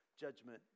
judgment